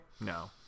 No